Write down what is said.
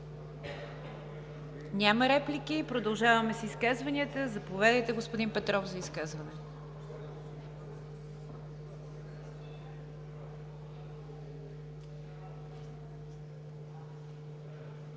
Няма реплики. Продължаваме с изказванията. Заповядайте, господин Петров, за изказване.